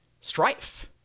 strife